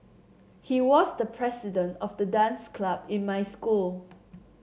he was the president of the dance club in my school